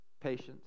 patience